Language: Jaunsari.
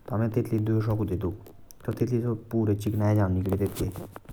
पानी लाई।